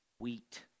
Wheat